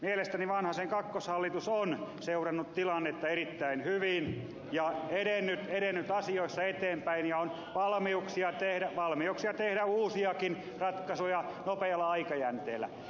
mielestäni vanhasen kakkoshallitus on seurannut tilannetta erittäin hyvin ja edennyt asioissa eteenpäin ja on valmiuksia tehdä uusiakin ratkaisuja nopealla aikajänteellä